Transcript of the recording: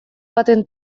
baten